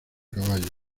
caballo